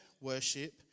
worship